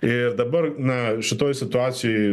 ir dabar na šitoj situacijoj